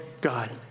God